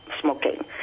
smoking